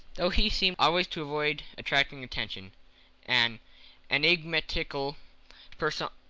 though he seemed always to avoid attracting attention an enigmatical personage,